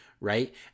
right